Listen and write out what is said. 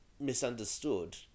misunderstood